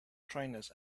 trainers